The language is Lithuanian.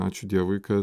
ačiū dievui kad